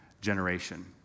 generation